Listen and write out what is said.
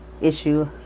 issue